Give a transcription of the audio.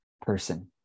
person